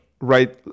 right